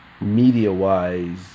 media-wise